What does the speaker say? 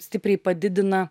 stipriai padidina